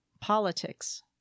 politics